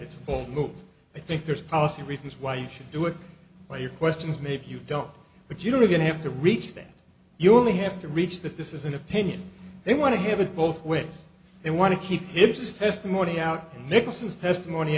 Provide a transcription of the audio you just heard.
look i think there's policy reasons why you should do it by your questions maybe you don't but you don't even have to reach them you only have to reach that this is an opinion they want to have it both ways they want to keep him this testimony out and nicholson's testimony